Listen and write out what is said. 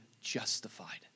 justified